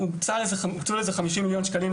הוקצו לזה 50,000,000 שקלים.